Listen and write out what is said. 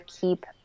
keep